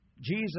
Jesus